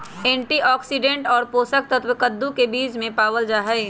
antioxidant और पोषक तत्व कद्दू के बीज में पावल जाहई